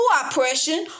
oppression